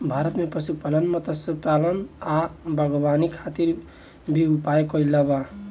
भारत में पशुपालन, मत्स्यपालन आ बागवानी खातिर भी उपाय कइल बा